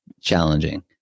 challenging